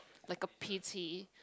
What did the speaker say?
like a puzzle